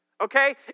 okay